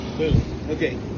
Okay